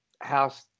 house